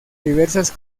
diversas